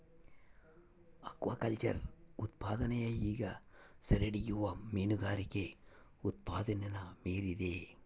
aquaculture ಉತ್ಪಾದನೆಯು ಈಗ ಸೆರೆಹಿಡಿಯುವ ಮೀನುಗಾರಿಕೆ ಉತ್ಪಾದನೆನ ಮೀರಿದೆ